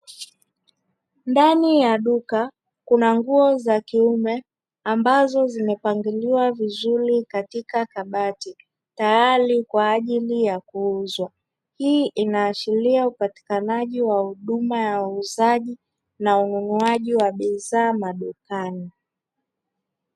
Ndani ya duka kuna nguo za kiume ambazo zimepangiliwa vizuri katika kabati, tayari kwa ajili ya kuuzwa. Hii inaashiria upatikanaji wa huduma ya uuzaji na ununuaji wa bidhaa madukani.